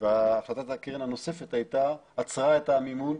והחלטת הקרן הנוספת עצרה את המימון.